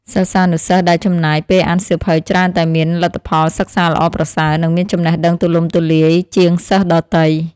សិស្សានុសិស្សដែលចំណាយពេលអានសៀវភៅច្រើនតែងតែមានលទ្ធផលសិក្សាល្អប្រសើរ និងមានចំណេះដឹងទូទៅទូលំទូលាយជាងសិស្សដទៃ។